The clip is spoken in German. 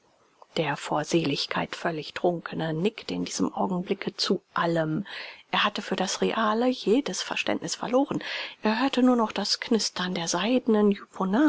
der vor seligkeit völlig trunkene nickte in diesem augenblicke zu allem er hatte für das reale jedes verständnis verloren er hörte nur noch das knistern der seidenen